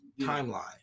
timeline